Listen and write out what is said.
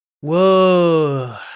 Whoa